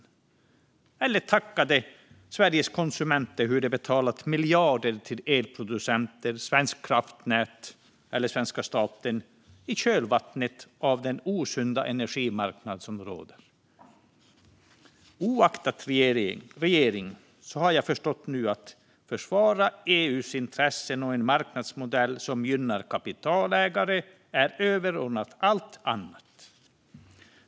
Inte heller tackade de Sveriges konsumenter för att de betalat miljarder till elproducenter, Svenska kraftnät eller svenska staten i kölvattnet av den osunda energimarknad som råder. Oaktat regering har jag nu förstått att det är överordnat allt annat att försvara EU:s intressen och en marknadsmodell som gynnar kapitalägare.